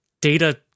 data